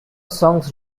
songs